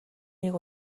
нэг